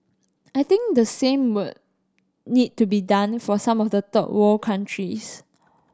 I think the same would need to be done for some of the third world countries